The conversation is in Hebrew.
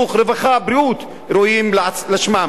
רווחה ובריאות ראויים לשמם.